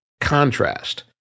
contrast